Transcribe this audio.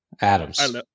Adams